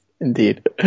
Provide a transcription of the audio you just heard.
indeed